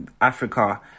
Africa